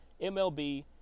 MLB